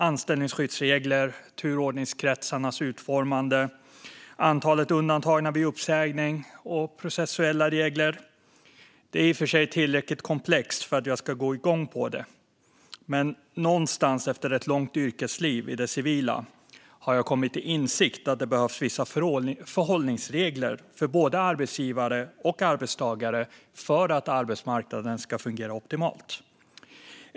Anställningsskyddsregler, utformandet av turordningskretsar, antalet undantagna vid uppsägning och processuella regler är i och för sig tillräckligt komplexa för att jag ska gå igång, men efter ett långt yrkesliv i det civila har jag kommit till insikt att det behövs förhållningsregler för både arbetsgivare och arbetstagare för att arbetsmarknaden ska fungera optimalt.